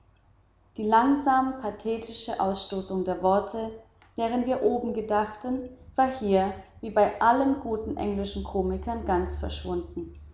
die langsam pathetische abstoßung der worte deren wir oben gedachten war hier wie bei allen guten englischen komikern ganz verschwunden